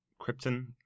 Krypton